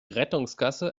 rettungsgasse